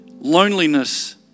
Loneliness